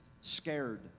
scared